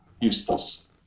useless